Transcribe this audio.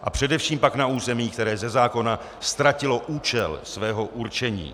A především pak na území, které ze zákona ztratilo účel svého určení.